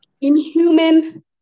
inhuman